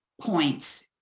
points